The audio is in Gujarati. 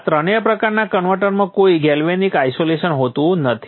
આ ત્રણેય પ્રકારના કન્વર્ટરમાં કોઈ ગેલ્વેનિક આઈસોલેશન હોતું નથી